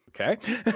Okay